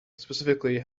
specifically